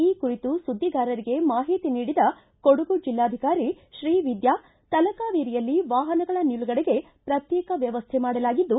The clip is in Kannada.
ಈ ಕುರಿತು ಸುದ್ದಿಗಾರರಿಗೆ ಮಾಹಿತಿ ನೀಡಿದ ಕೊಡಗು ಜಿಲ್ಲಾಧಿಕಾರಿ ಶ್ರೀವಿದ್ಯಾ ತಲಕಾವೇರಿಯಲ್ಲಿ ವಾಹನಗಳ ನಿಲುಗಡೆಗೆ ಪ್ರತ್ಯೇಕ ವ್ಯವಸ್ಥೆ ಮಾಡಲಾಗಿದ್ದು